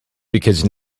because